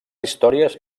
històries